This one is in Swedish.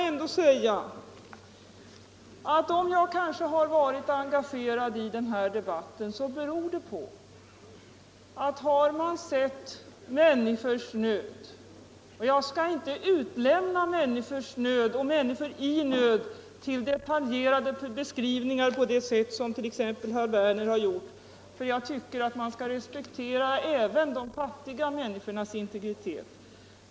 Till slut: Om jag har varit engagerad i den här debatten beror det på att jag har sett människors nöd. Jag skall inte utlämna människors nöd eller människor i nöd i detaljerade beskrivningar såsom exempelvis herr Werner i Malmö har gjort. Jag anser att man skall respektera även de fattiga människornas integritet.